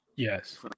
Yes